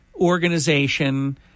organization